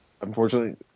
Unfortunately